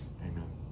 amen